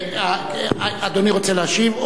אדוני רוצה להשיב,